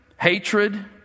hatred